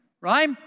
Right